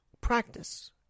practice